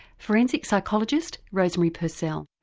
forensic psychologist rosemary purcell.